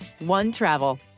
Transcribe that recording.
OneTravel